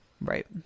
right